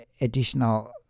additional